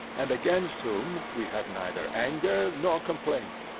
and against whom, we have neither anger nor complaint.